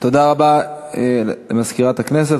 תודה רבה למזכירת הכנסת.